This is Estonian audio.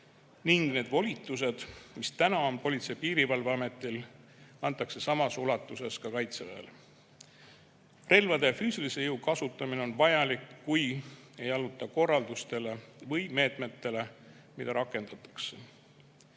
ning need volitused, mis täna on Politsei- ja Piirivalveametil, antakse samas ulatuses ka Kaitseväele. Relvade ja füüsilise jõu kasutamine on vajalik, kui ei alluta korraldustele või meetmetele, mida rakendatakse.